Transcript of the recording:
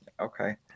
Okay